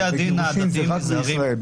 כן.